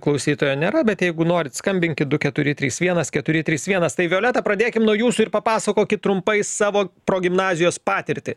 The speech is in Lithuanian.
klausytojo nėra bet jeigu norit skambinkit du keturi trys vienas keturi trys vienas tai violeta pradėkim nuo jūsų ir papasakokit trumpai savo progimnazijos patirtį